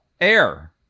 Air